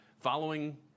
following